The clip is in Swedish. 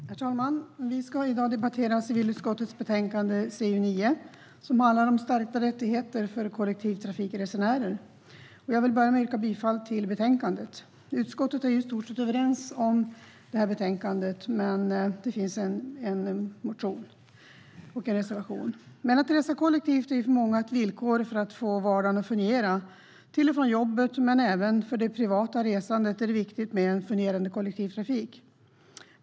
Herr talman! Vi ska i dag debattera civilutskottets betänkande CU9, som handlar om stärkta rättigheter för kollektivtrafikresenärer. Jag vill börja med att yrka bifall till utskottets förslag i betänkandet. Vi i utskottet är i stort sett överens, men det finns en motion och en reservation. Att resa kollektivt är för många ett villkor för att vardagen ska fungera. Till och från jobbet men även för det privata resandet är det viktigt med en fungerande kollektivtrafik.